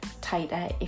tighter